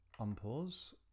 unpause